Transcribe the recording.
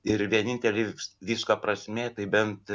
ir vienintelė visko prasmė tai bent